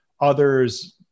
others